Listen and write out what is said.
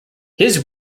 his